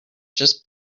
just